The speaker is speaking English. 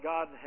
God